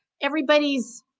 everybody's